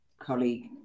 colleague